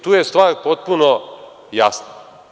Tu je stvar potpuno jasna.